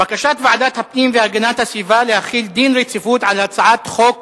בקשת ועדת הפנים והגנת הסביבה להחיל דין רציפות על הצעת חוק